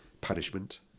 punishment